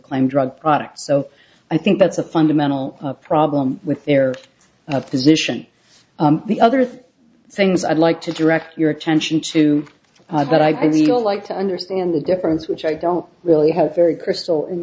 claim drug product so i think that's a fundamental problem with their position the other three things i'd like to direct your attention to that i feel like to understand the difference which i don't really have very personal in